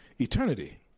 eternity